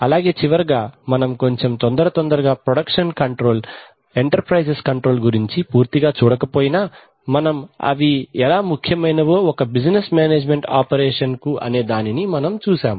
అలాగే చివరగా మనం కొంచెం తొందర తొందరగా ప్రొడక్షన్ కంట్రోల్ ఎంటర్ప్రైజెస్ కంట్రోల్ వాటి గురించి పూర్తిగా చూడకపోయినా మనం అవి ఎలా ముఖ్యమైనవో ఒక బిజినెస్ మేనేజ్మెంట్ ఆపరేషన్ కు అనే దానిని చూశాం